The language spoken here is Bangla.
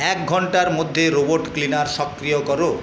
এক ঘন্টার মধ্যে রোবট ক্লিনার সক্রিয় করো